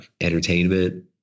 entertainment